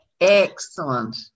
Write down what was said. Excellent